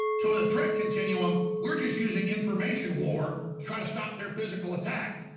so the threat continuum we're just using information war try to stop their physical attack,